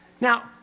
Now